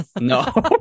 no